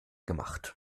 gemacht